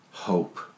hope